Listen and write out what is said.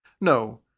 No